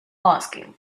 asking